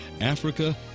Africa